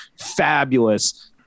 fabulous